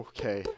Okay